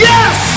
Yes